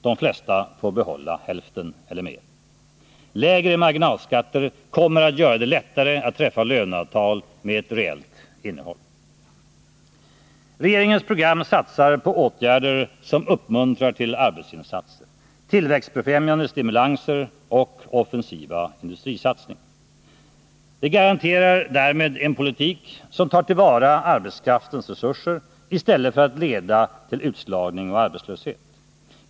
De flesta får behålla hälften eller mer. Lägre marginalskatter kommer att göra det lättare att träffa löneavtal med reellt innehåll. Regeringens program satsar på åtgärder som uppmuntrar till arbetsinsatser, tillväxtbefrämjande stimulanser och offensiva industrisatsningar. Det garanterar därmed en politik som tar till vara arbetskraftens resurser i stället för att leda till utslagning och arbetslöshet.